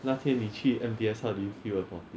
那天你去 M_B_S how do you feel about it